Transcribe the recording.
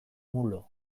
mulo